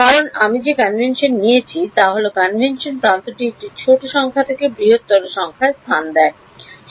কারণ আমি যে কনভেনশন নিয়েছি তা হল কনভেনশন প্রান্তটি একটি ছোট সংখ্যা থেকে বৃহত্তর সংখ্যায় স্থান দেয়